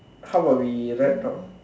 how about we wrap now